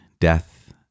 death